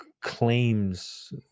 claims